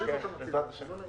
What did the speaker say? כן.